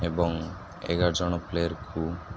ଏବଂ ଏଗାର ଜଣ ପ୍ଲେୟରକୁ